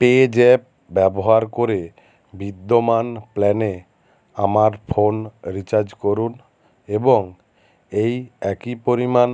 PayZapp ব্যবহার করে বিদ্যমান প্ল্যানে আমার ফোন রিচার্জ করুন এবং এই একই পরিমাণ